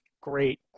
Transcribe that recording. great